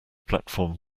platform